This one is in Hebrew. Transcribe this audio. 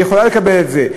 היא יכולה לקבל את זה.